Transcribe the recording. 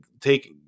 take